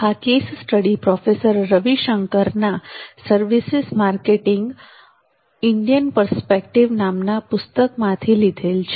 આ case study professor રવિશંકરના "services marketing ઘણા ઇન્ડિયન પર્સપેક્ટીવ" નામના પુસ્તકમાંથી લીધેલ છે